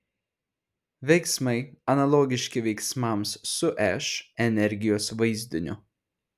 veiksmai analogiški veiksmams su š energijos vaizdiniu